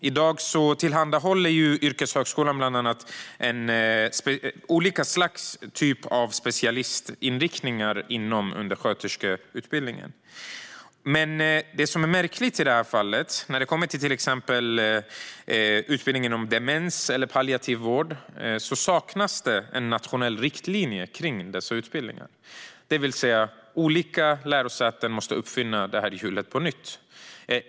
I dag tillhandahåller yrkeshögskolan olika slags specialistinriktningar inom undersköterskeutbildningen. Det som är märkligt är dock, när det gäller till exempel utbildning inom demens eller palliativ vård, att det saknas nationella riktlinjer. Olika lärosäten måste alltså uppfinna hjulet på nytt.